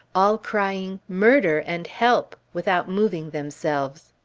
all crying murder! and help! without moving themselves.